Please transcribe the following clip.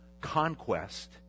conquest